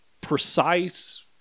precise